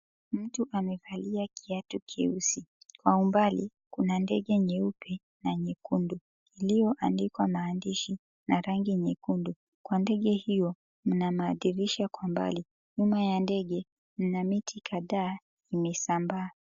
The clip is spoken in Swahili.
Mtu amevalia kiatu kyeusi. Kwa umbali kuna ndege nyeupe na nyekundu iliyoandikwa maandishi na rangi nyekundu. Kwa ndege hiyo mna madirisha kwa mbali. Nyuma ya ndege mna miti kadhaa imesambaa.